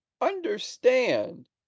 understand